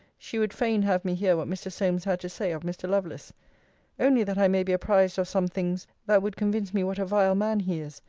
she would fain have me hear what mr. solmes had to say of mr. lovelace only that i may be apprized of some things, that would convince me what a vile man he is,